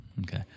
Okay